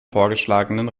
vorgeschlagenen